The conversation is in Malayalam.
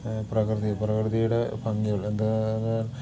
പ്രകൃതി പ്രകൃതിയുടെ ഭംഗികൾ എന്താ എന്താ